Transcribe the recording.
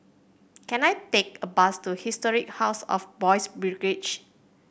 can I take a bus to Historic House of Boys' Brigade